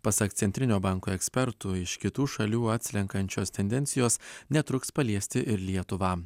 pasak centrinio banko ekspertų iš kitų šalių atslenkančios tendencijos netruks paliesti ir lietuvą